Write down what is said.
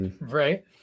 Right